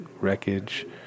wreckage